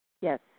Yes